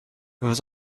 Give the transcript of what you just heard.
was